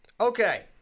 Okay